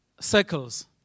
circles